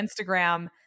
Instagram